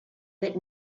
that